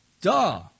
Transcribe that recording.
Duh